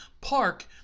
park